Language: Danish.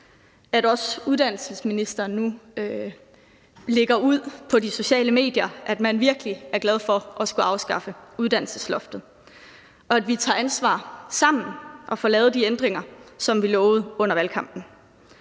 at også uddannelsesministeren nu lægger ud på de sociale medier, at man er virkelig glad for at skulle afskaffe uddannelsesloftet, og at vi tager ansvar sammen og får lavet de ændringer, som vi lovede under valgkampen.